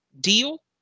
deal